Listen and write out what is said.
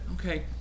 okay